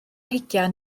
hugain